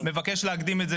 מבקש להקדים את זה.